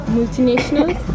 multinationals